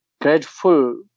grateful